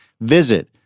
Visit